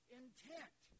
intent